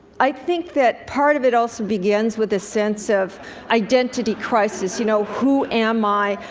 i think that part of it also begins with a sense of identity crisis you know, who am i,